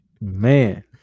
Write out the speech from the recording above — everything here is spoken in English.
Man